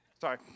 Sorry